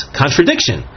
contradiction